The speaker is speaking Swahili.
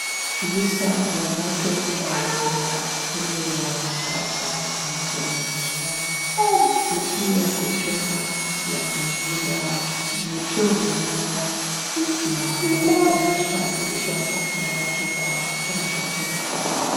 Visa vya moto huwa zinaadhiri wanadamu pamoja na wanyama na pia kuchoma mazingira yetu, mimea na kuhatarisha maisha ya watu kwa kuchoma chakula.